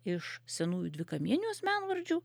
iš senųjų dvikamienių asmenvardžių